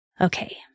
Okay